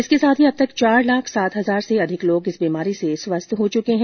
इसके साथ ही अब तक चार लाख सात हजार से अधिक लोग इस बीमारी से स्वस्थ हो चुके हैं